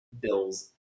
bills